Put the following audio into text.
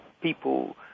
people